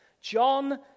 John